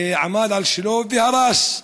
עמד על שלו והרס.